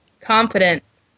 Confidence